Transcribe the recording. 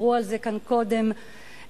דיברו על זה כאן קודם חברי,